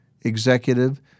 executive